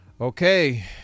Okay